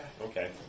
Okay